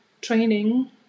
training